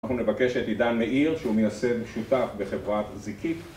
אנחנו נבקש את עידן מאיר שהוא מייסד-שותף בחברת זיקית...